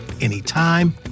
anytime